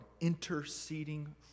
interceding